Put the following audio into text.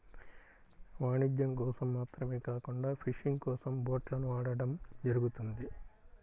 వాణిజ్యం కోసం మాత్రమే కాకుండా ఫిషింగ్ కోసం బోట్లను వాడటం జరుగుతుంది